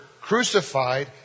crucified